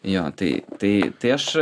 jo tai tai tai aš